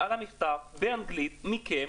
על המכתב באנגלית מכם,